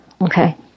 Okay